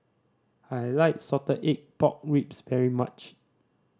I like salted egg pork ribs very much